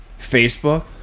Facebook